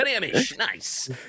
nice